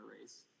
race